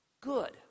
good